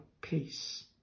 peace